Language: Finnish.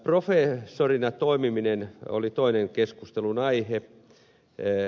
professorina toimiminen oli toinen keskustelun aihe